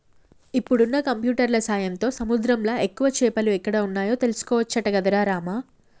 ఇప్పుడున్న కంప్యూటర్ల సాయంతో సముద్రంలా ఎక్కువ చేపలు ఎక్కడ వున్నాయో తెలుసుకోవచ్చట గదరా రామా